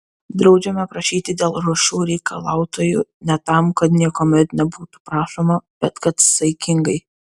draudžiame prašyti dėl rūsčių reikalautojų ne tam kad niekuomet nebūtų prašoma bet kad saikingai